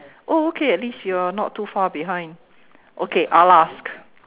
oh okay at least you're not too far behind okay I'll ask